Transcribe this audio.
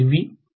V